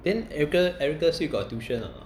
then erica erica still got tuition a not